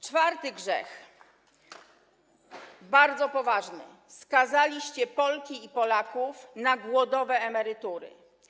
Czwarty grzech, bardzo poważny, skazaliście Polki i Polaków na głodowe emerytury.